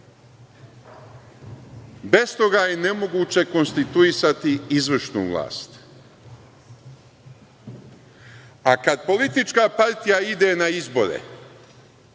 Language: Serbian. Bez toga je nemoguće konstituisati izvršnu vlast. Kad politička partija ide na izbore